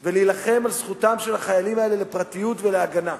ולהילחם על זכותם של החיילים האלה לפרטיות ולהגנה.